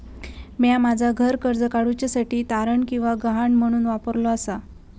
म्या माझा घर कर्ज काडुच्या साठी तारण किंवा गहाण म्हणून वापरलो आसा